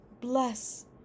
bless